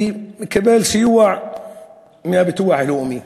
ומקבל סיוע מהביטוח הלאומי.